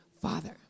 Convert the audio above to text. father